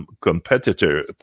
competitor